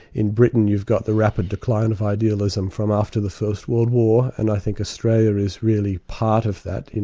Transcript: in britain you've got the rapid decline of idealism from after the first world war, and i think australia is really part of that, you